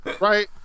right